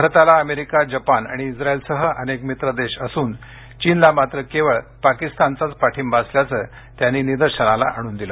भारताला America Japan आणि इस्राईलसह अनेक मित्र देश असून चीनला मात्र केवळ पाकिस्तानचाच पाठींबा असल्याचं त्यांनी यावेळी निदर्शनास आणून दिलं